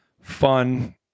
fun